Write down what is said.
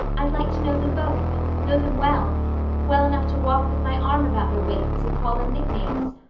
i'd like to know them both know them well well enough to walk with my arm about their waists, and call them nicknames.